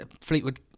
fleetwood